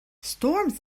storms